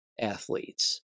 athletes